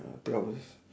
there are